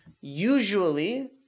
Usually